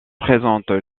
présentent